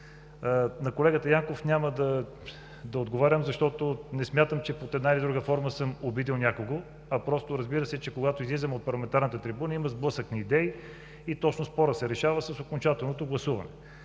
На колегата Янков няма да отговарям, защото не смятам, че под една или друга форма съм обидил някого. Разбира се, че когато излизаме на парламентарната трибуна има сблъсък на идеи и спорът се решава с окончателното гласуване.